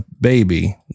baby